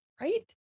right